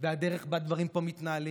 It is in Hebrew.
והדרך שבה דברים מתנהלים,